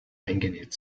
eingenäht